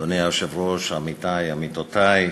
אדוני היושב-ראש, עמיתי, עמיתותי,